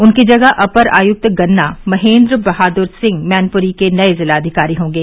उनकी जगह अपर आयुक्त गन्ना महेन्द्र बहादुर सिंह मैनपुरी के नए जिलाधिकारी होंगे